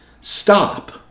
stop